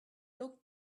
looked